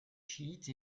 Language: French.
chiites